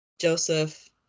Joseph